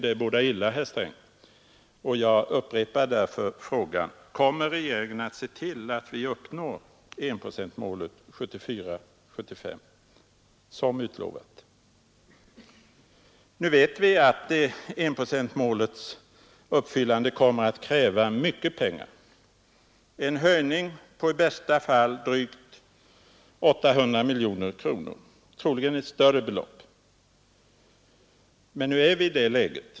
Det bådar illa, herr Sträng. Jag upprepar därför frågan: Kommer regeringen att se till att vi uppnår enprocentmålet 1974/75 såsom utlovat? Nu vet vi att enprocentmålets uppfyllande kommer att kräva mycket pengar, en höjning på i bästa fall drygt 800 miljoner kronor, troligen ett större belopp.